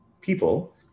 people